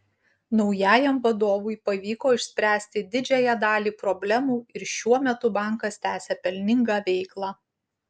naujajam vadovui pavyko išspręsti didžiąją dalį problemų ir šiuo metu bankas tęsią pelningą veiklą